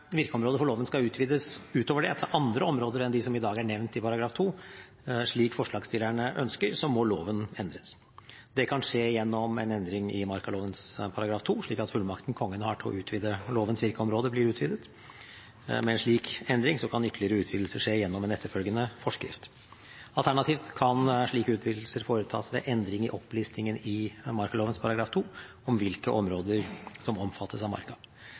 virkeområdet for loven skal utvides ut over det, til andre områder enn dem som i dag er nevnt i § 2, slik forslagsstillerne ønsker, må loven endres. Det kan skje gjennom en endring i markaloven § 2, slik at fullmakten Kongen har til å utvide lovens virkeområde, blir utvidet. Med en slik endring kan ytterligere utvidelse skje gjennom en etterfølgende forskrift. Alternativt kan slike utvidelser foretas ved endring i opplistingen i markaloven § 2 av hvilke områder som omfattes av marka. I så fall vil de aktuelle områdene bli lagt til marka